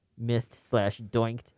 missed-slash-doinked